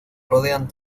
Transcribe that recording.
rodean